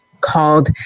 called